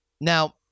Now